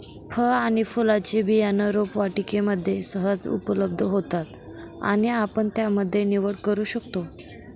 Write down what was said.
फळ आणि फुलांचे बियाणं रोपवाटिकेमध्ये सहज उपलब्ध होतात आणि आपण त्यामध्ये निवड करू शकतो